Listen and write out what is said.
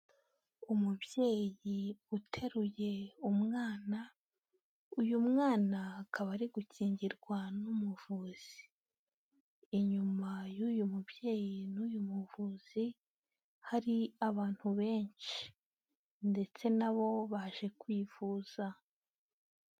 Umubyeyi uteruye umwana, uyu mwana akaba ari gukingirwa n'umuvuzi, inyuma y'uyu mubyeyi n'uyu muvuzi hari abantu benshi ndetse nabo baje kwivuza.